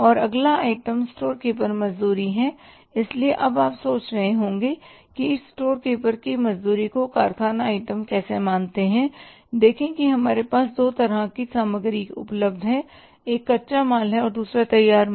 और अगला item store keeper मजदूरी है इसलिए अब आप सोच रहे होंगे कि हम स्टोर कीपर की मजदूरी को कारखाना आइटम कैसे मानते हैं देखें कि हमारे पास दो तरह की सामग्री उपलब्ध है एक कच्चा माल है और दूसरा तैयार माल है